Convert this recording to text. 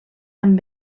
amb